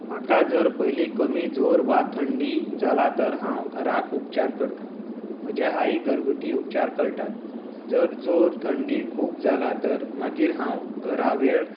म्हाका जर पयली कमी जोर वा थंडी जाला तर हांव घरांच उपचार करता म्हज्या आईक घरगुती उपचार कळटा जर जोर थंडी खूब जाला तर मागीर हांव घरां वेळ